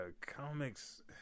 comics